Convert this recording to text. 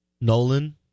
Nolan